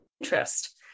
interest